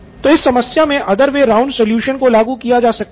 तो इस समस्या मे other way round सॉल्यूशन को लागू किया जा सकता है